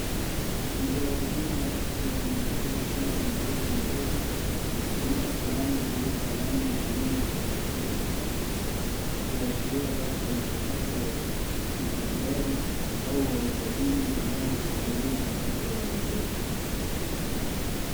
Mtoa huduma ya afya ameshika mkono wa mtoto mdogo, na kutumia kalamu kuweka alama ya wino kwenye kidole cha mtoto, kuashiria labda mchakato wa ku, kimatibabu, au wa usajili unaohusiana na afya ya watoto.